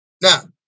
Now